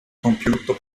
computer